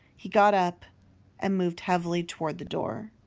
he got up and moved heavily towards the door.